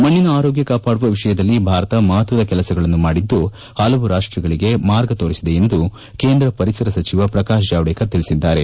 ಮಣ್ಣಿನ ಆರೋಗ್ಯ ಕಾಪಾಡುವ ವಿಷಯದಲ್ಲಿ ಭಾರತ ಮಹತ್ವದ ಕೆಲಸಗಳನ್ನು ಮಾಡಿದ್ದು ಪಲವು ರಾಷ್ಟಗಳಿಗೆ ಮಾರ್ಗ ತೋರಿಸಿದೆ ಎಂದು ಕೇಂದ್ರ ಪರಿಸರ ಸಚಿವ ಪ್ರಕಾಶ್ ಜಾವಡೇಕರ್ ತಿಳಿಸಿದ್ದಾರೆ